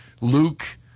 Luke